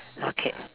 okay